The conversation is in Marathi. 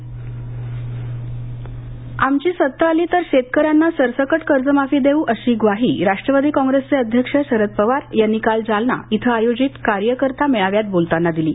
शरद पवार जालना आमची सत्ता आली तर शेतकऱ्यांना सरकट कर्जमाफी देऊ अशी ग्वाही राष्ट्रवादी काँप्रेसचे अध्यक्ष शरद पवार यांनी काल जालना इथं आयोजित कार्यकर्ता मेळाव्यात बोलताना दिली